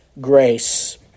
grace